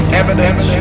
evidence